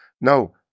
no